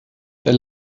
der